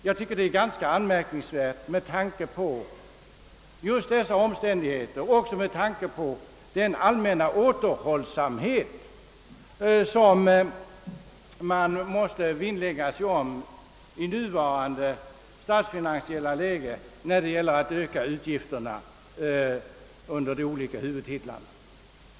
Jag tycker att det är anmärkningsvärt, även med tanke på den allmänna återhållsamhet som man i nuvarande statsfinansiella läge måste vinnlägga sig om när det gäller utgifterna under de olika huvudtitlarna.